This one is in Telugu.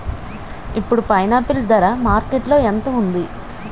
ఇప్పుడు పైనాపిల్ ధర మార్కెట్లో ఎంత ఉంది?